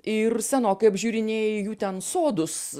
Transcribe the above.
ir senokai apžiūrinėjai jų ten sodus